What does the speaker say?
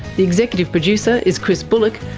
the executive producer is chris bullock,